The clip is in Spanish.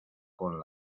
con